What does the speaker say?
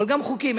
אבל גם חוקים,